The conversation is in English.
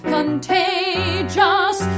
Contagious